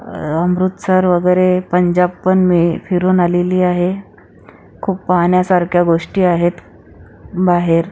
अमृतसर वगैरे पंजाबपण मी फिरून आलेली आहे खूप पाहण्यासारख्या गोष्टी आहेत बाहेर